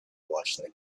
watching